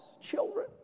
children